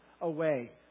away